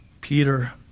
Peter